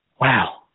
wow